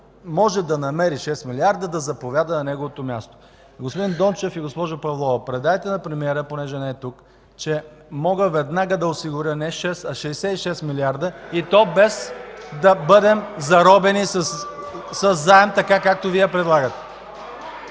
може да намери 6 милиарда, да заповяда на неговото място. Господин Дончев и госпожо Павлова, предайте на премиера, понеже не е тук, че мога веднага да осигуря не 6, а 66 милиарда и то без да бъдем заробени със заем, така както Вие предлагате.